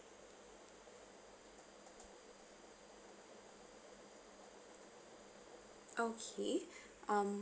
okay um